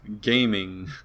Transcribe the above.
gaming